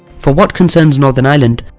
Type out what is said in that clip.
for what concerns northern ireland,